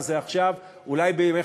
הזה הוא בנפשנו.